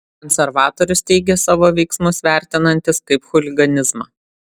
konservatorius teigė savo veiksmus vertinantis kaip chuliganizmą